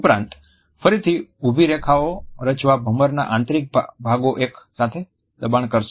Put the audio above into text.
ઉપરાંત ફરીથી ઉભી રેખાઓ રચવા ભમરના આંતરિક ભાગો એક સાથે દબાણ કરશે